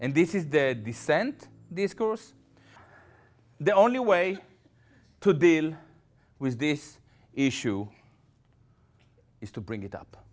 and this is the dissent this course the only way to deal with this issue is to bring it up